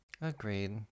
Agreed